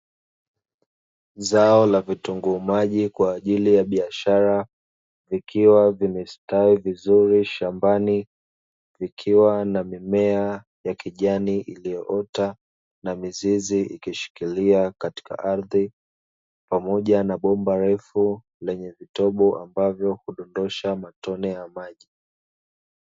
Zao la vitunguu maji kwa ajili ya biashara, vikiwa vimestawi vizuri shambani, vikiwa na mimea ya kijani, iliyoota na mizizi, ikishikilia katika ardhi pamoja na bomba refu lenye vitobo ambavyo hudondosha matone ya maji.